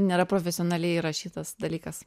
nėra profesionaliai įrašytas dalykas